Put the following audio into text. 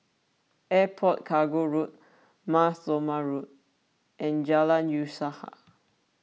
Airport Cargo Road Mar Thoma Road and Jalan Usaha